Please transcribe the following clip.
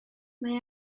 mae